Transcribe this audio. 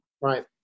Right